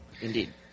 Indeed